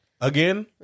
again